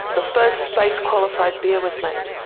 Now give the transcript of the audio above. the first space qualified beer was made.